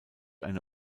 eine